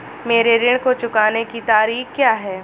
मेरे ऋण को चुकाने की तारीख़ क्या है?